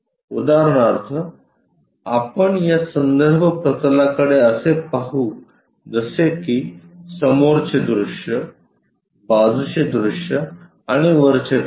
उदाहरणार्थ आपण या संदर्भ प्रतलाकडे असे पाहू जसे की समोरचे दृश्य बाजूचे दृश्य आणि वरचे दृश्य